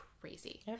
crazy